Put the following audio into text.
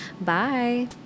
Bye